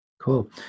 Cool